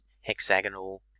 hexagonal